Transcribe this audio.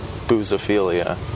Boozophilia